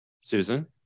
Susan